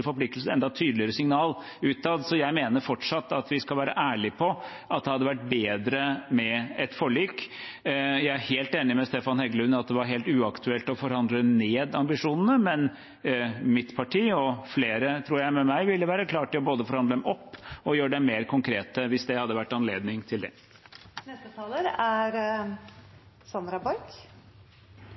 signal utad. Så jeg mener fortsatt at vi skal være ærlige på at det hadde vært bedre med et forlik. Jeg er helt enig med Stefan Heggelund i at det var helt uaktuelt å forhandle ned ambisjonene, men mitt parti – og jeg tror flere med meg – ville være klar til både å forhandle dem opp og å gjøre dem mer konkrete, hvis det hadde vært anledning til